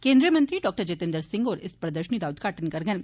केन्द्रीय मंत्री डाक्टर जितेन्द्र सिंह होर इस प्रदर्शनी दा उदघाटन करगंन